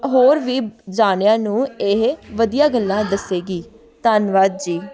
ਹੋਰ ਵੀ ਜਾਣਿਆ ਨੂੰ ਇਹ ਵਧੀਆ ਗੱਲਾਂ ਦੱਸੇਗੀ ਧੰਨਵਾਦ ਜੀ